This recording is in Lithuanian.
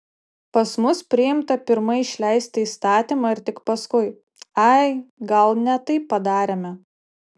pas mus priimta pirma išleisti įstatymą ir tik paskui ai gal ne taip padarėme